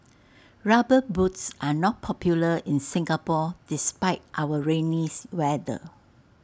rubber boots are not popular in Singapore despite our rainy weather